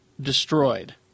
Destroyed